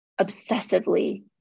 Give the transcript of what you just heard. obsessively